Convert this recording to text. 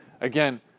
again